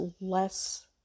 less